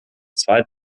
zwei